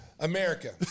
America